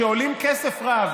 שעולים כסף רב,